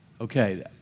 Okay